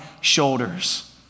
shoulders